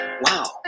wow